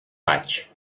vaig